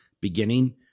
beginning